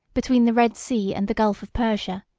between the red sea and the gulf of persia,